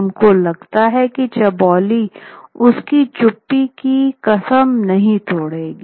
उनको लगता है की चौबोली उसकी चुप्पी की कसम नहीं तोड़ेगी